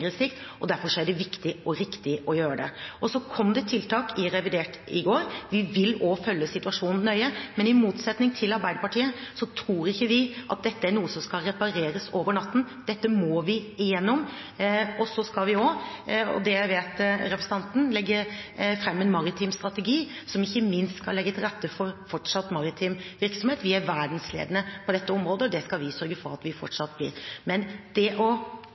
sikt, og derfor er det viktig og riktig å gjøre det. Så kom det tiltak i revidert i går. Vi vil følge også situasjonen nøye, men i motsetning til Arbeiderpartiet tror ikke vi at dette er noe som skal repareres over natten; dette må vi igjennom. Og vi skal også – det vet representanten – legge fram en maritim strategi, som ikke minst skal legge til rette for fortsatt maritim virksomhet. Vi er verdensledende på dette området, og det skal vi sørge for at vi fortsatt blir. Men det å